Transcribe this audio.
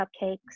cupcakes